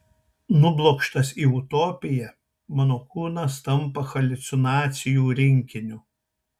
nublokštas į utopiją mano kūnas tampa haliucinacijų rinkiniu